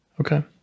Okay